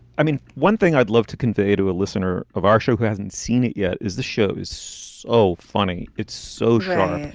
i mean, one thing i'd love to convey to a listener of our show who hasn't seen it yet is the show's. oh, funny it's so sharp.